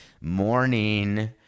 Morning